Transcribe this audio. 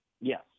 yes